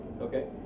Okay